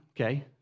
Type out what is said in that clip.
okay